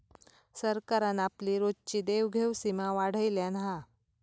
सरकारान आपली रोजची देवघेव सीमा वाढयल्यान हा